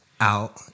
out